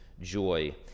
joy